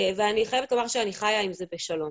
ואני חייבת לומר שאני חיה עם זה בשלום.